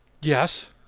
Yes